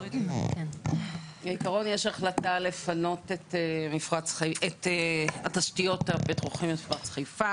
בעקרון יש החלטה לפנות את התשתיות במפרץ חיפה.